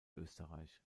österreich